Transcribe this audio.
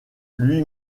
lui